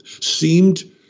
seemed